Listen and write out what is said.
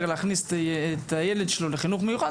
להכניס את הילד שלו לחינוך המיוחד.